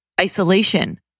isolation